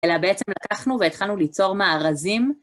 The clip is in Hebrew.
אלא בעצם לקחנו והתחלנו ליצור מארזים.